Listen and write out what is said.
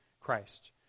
Christ